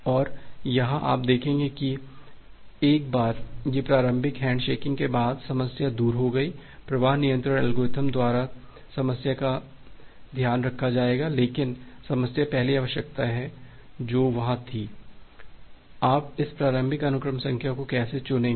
अब यहाँ आप देखेंगे कि एक बार यह प्रारंभिक हैंडशेकिंग के बाद समस्या दूर हो गई प्रवाह नियंत्रण एल्गोरिथ्म द्वारा समस्या का ध्यान रखा जाएगा लेकिन समस्या पहली आवश्यकता है जो वहां थी कि आप इस प्रारंभिक अनुक्रम संख्या को कैसे चुनेंगे